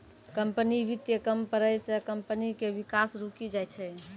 company वित्त कम पड़ै से कम्पनी के विकास रुकी जाय छै